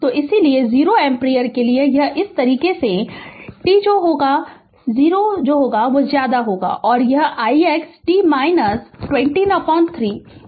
तो इसीलिए 0 एम्पीयर के लिए यह इस तरह है t 0 और यह ix t 203 है जो हमें मिला है